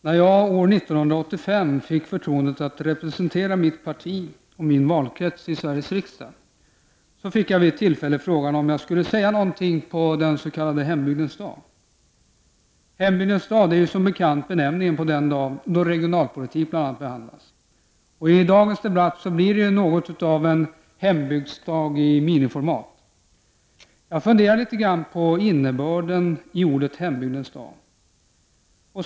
Herr talman! När jag 1985 fick förtroendet att representera mitt parti och min valkrets i Sveriges riksdag fick jag vid ett tillfälle frågan om jag skulle säga något på den s.k. hembygdens dag. Hembygdens dag är ju som bekant benämningen på den dag då regionalpolitiken behandlas, och dagens debatt blir ju något av en hembygdens dag i miniformat. Jag funderade något på innebörden i beteckningen hembygdens dag.